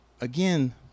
again